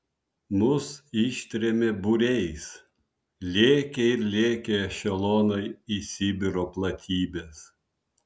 mus ištrėmė būriais lėkė ir lėkė ešelonai į sibiro platybes